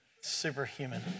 superhuman